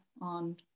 on